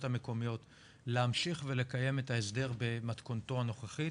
המקומיות להמשיך ולקיים את ההסדר במתכונתו הנוכחית